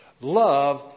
Love